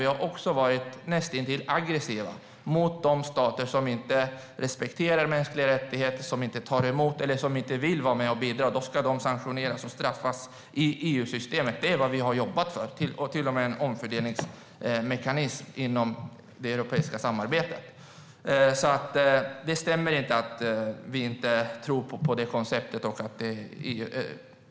Vi har också varit näst intill aggressiva mot de stater som inte respekterar mänskliga rättigheter, som inte vill vara med och bidra. De ska sanktioneras och straffas i EU-systemet. Det är vad vi har jobbat för - till och med en omfördelningsmekanism inom det europeiska samarbetet. Det stämmer inte att Liberalerna inte tror på konceptet.